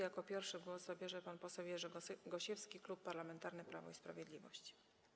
Jako pierwszy głos zabierze pan poseł Jerzy Gosiewski, Klub Parlamentarny Prawo i Sprawiedliwość.